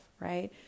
right